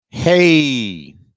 Hey